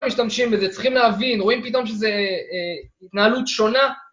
משתמשים בזה, צריכים להבין, רואים פתאום שזו התנהלות שונה.